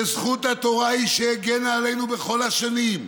וזכות התורה היא שהגנה עלינו בכל השנים.